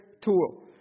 tool